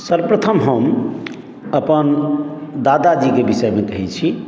सर्वप्रथम हम अपन दादाजी के विषय मे कहै छी